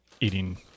eating